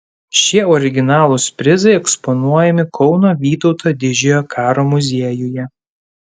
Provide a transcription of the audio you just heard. šie originalūs prizai eksponuojami kauno vytauto didžiojo karo muziejuje